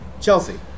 Chelsea